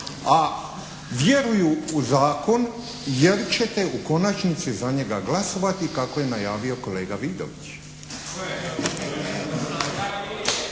a vjeruju u zakon jer ćete u konačnici za njega glasovati kako je najavio kolega Vidović.